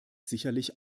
sicherlich